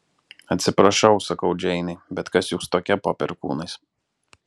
atsiprašau sakau džeinei bet kas jūs tokia po perkūnais